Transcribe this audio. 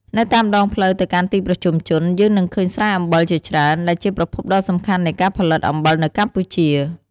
នៅតាមដងផ្លូវទៅកាន់ទីប្រជុំជន យើងនឹងឃើញស្រែអំបិលជាច្រើន ដែលជាប្រភពដ៏សំខាន់នៃការផលិតអំបិលនៅកម្ពុជា។